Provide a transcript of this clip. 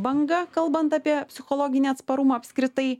banga kalbant apie psichologinį atsparumą apskritai